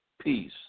peace